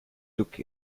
tuk